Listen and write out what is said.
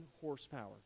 horsepower